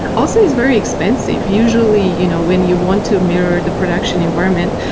also, it's very expensive. usually, you know when you want to mirror the production environment,